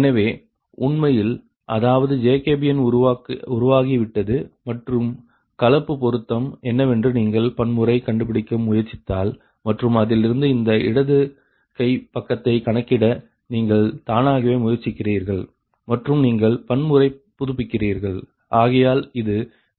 எனவே உண்மையில் அதாவது ஜேகோபியன் உருவாகிவிட்டது மற்றும் கலப்பு பொருத்தம் என்னவென்று நீங்கள் பன்முறை கண்டுபிடிக்க முயற்சித்தால் மற்றும் அதிலிருந்து இந்த இடது கை பக்கத்தை கணக்கிட நீங்கள் தானாகவே முயற்சிக்கிறீர்கள் மற்றும் நீங்கள் பன்முறை புதுப்பிக்கிறீர்கள் ஆகையால் இது